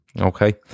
Okay